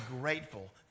grateful